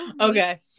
Okay